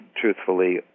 truthfully